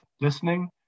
listening